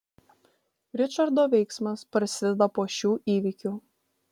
ričardo veiksmas prasideda po šių įvykių